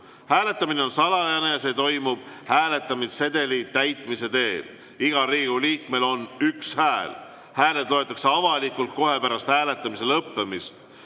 Hääletamine on salajane ja see toimub hääletamissedeli täitmise teel. Igal Riigikogu liikmel on üks hääl. Hääled loetakse avalikult kohe pärast hääletamise lõppemist.